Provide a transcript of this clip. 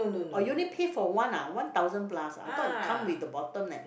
oh you only pay for one ah one thousand plus I thought come with the bottom leh